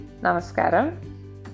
Namaskaram